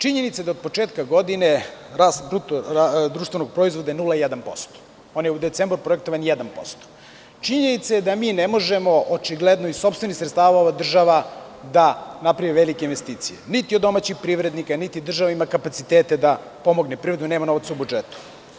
Činjenica je da od početka godine rast BDP je 0,1%, on je u decembru projektovan 1%, činjenica je da mi ne možemo očigledno, od sopstvenih sredstava ova država ne može da napravi velike investicije, niti od domaćih privrednika, niti država ima kapacitete da pomogne privredu, nema novca u budžetu.